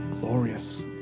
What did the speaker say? glorious